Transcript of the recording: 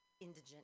indigent